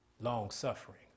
long-suffering